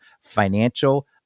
financial